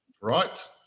Right